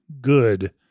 good